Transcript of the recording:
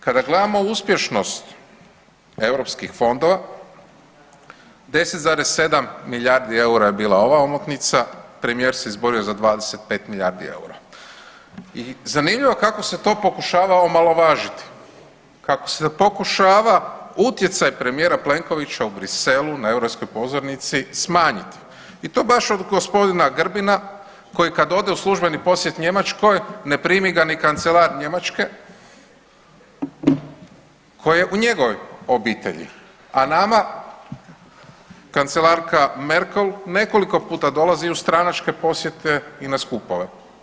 Kada gledamo uspješnost europskih fondova 10,7 milijardi eura je bila ova omotnica, premijer se izborio za 25 milijardi eura i zanimljivo kako se to pokušava omalovažiti, kako se pokušava utjecaj premijera Plenkovića u Briselu na europskoj pozornici smanjiti i to baš od g. Grbina koji kad ode u službeni posjet Njemačkoj ne primi ga ni kancelar Njemačke koji je u njegovoj obitelji, a nama kancelarka Merkel nekoliko puta dolazi u stranačke posjete i na skupove.